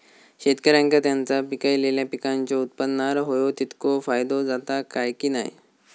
शेतकऱ्यांका त्यांचा पिकयलेल्या पीकांच्या उत्पन्नार होयो तितको फायदो जाता काय की नाय?